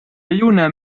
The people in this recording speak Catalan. lluna